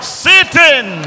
sitting